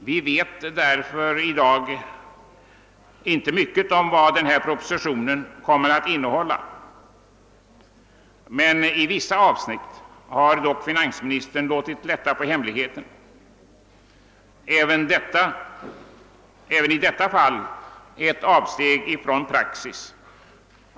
Vi vet därför i dag inte mycket om vad propositionen kommer att innehålla, men i vissa avsnitt har finansministern lättat på förlåten. Även detta är ett avsteg från praxis.